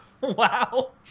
Wow